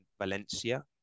Valencia